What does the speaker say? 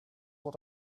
what